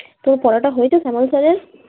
তোর পড়াটা হয়েছে শ্যামল স্যারের